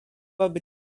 aby